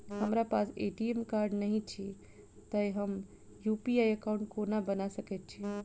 हमरा पास ATM card नहि अछि तए हम यु.पी.आई एकॉउन्ट कोना बना सकैत छी